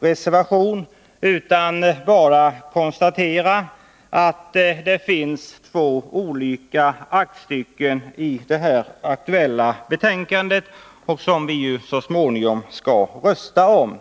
reservationens, utan jag vill bara konstatera att det finns två olika aktstycken i detta aktuella betänkande, som vi ju så småningom skall rösta om.